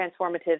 transformative